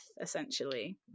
essentially